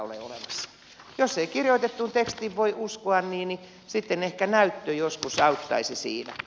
jos ei kirjoitettuun tekstiin voi uskoa niin sitten ehkä näyttö joskus auttaisi siinä